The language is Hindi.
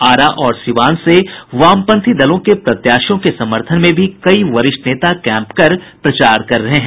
आरा और सीवान से वामपंथी दलों के प्रत्याशियों के समर्थन में भी कई वरिष्ठ नेता कैंप कर प्रचार कर रहे हैं